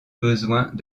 besoins